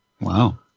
Wow